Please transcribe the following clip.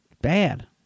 bad